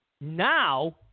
Now